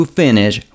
finish